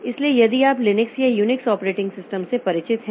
इसलिए यदि आप लिनक्स या यूनिक्स ऑपरेटिंग सिस्टम से परिचित हैं